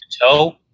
toe